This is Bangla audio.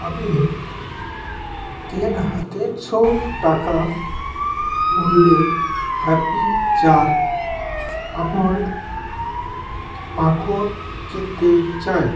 আমি তিন হা তিনশো টাকা মূল্যের হ্যাপি জার আমল্ড মাখন কিনতে চাই